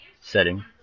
setting